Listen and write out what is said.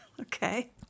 Okay